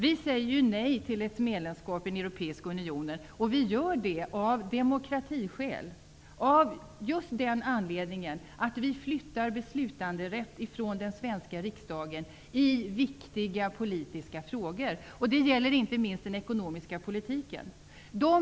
Vi säger ju nej till medlemskap i den europeiska unionen, och vi gör det av demokratiskäl -- av just den anledningen att man därmed flyttar beslutanderätten i viktiga politiska frågor från den svenska riksdagen. Det gäller inte minst den ekonomiska politiken.